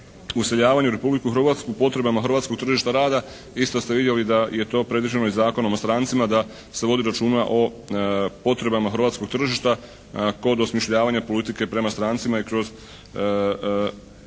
useljavanju u Republiku Hrvatsku, potrebama hrvatskog tržišta rada. Isto ste vidjeli da je to predviđeno i Zakonom o strancima da se vodi računa o potrebama hrvatskog tržišta kod osmišljavanja politike prema strancima i kroz